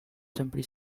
somebody